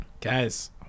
Guys